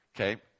Okay